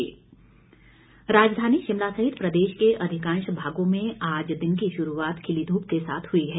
मौसम राजधानी शिमला सहित प्रदेश के अधिकांश भागों में आज दिन की शुरूआत खिली धूप के साथ हुई है